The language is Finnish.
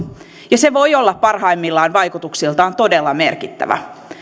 ja se voi olla parhaimmillaan vaikutuksiltaan todella merkittävä